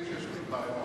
יש לי בעיה אחת,